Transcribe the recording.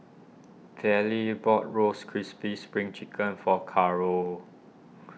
Vallie bought Roasted Crispy Spring Chicken for Caro